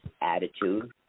attitude